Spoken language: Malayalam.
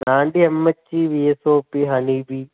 ബ്രാണ്ടി എമ്മെച്ച് വി എസോപ്പി ഹണീബീ